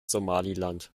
somaliland